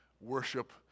worship